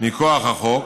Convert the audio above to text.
מכוח החוק,